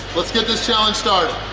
let's get this challenge started.